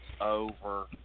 over